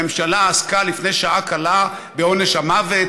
הממשלה עסקה לפני שעה קלה בעונש המוות,